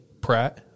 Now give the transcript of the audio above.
Pratt